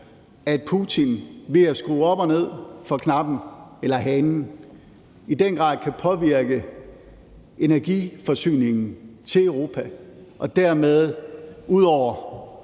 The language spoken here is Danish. at Putin ved at skrue op og ned for hanen i den grad kan påvirke energiforsyningen til Europa og dermed også